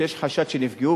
שיש חשד שנפגעו,